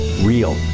real